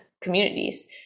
communities